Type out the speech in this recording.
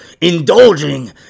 indulging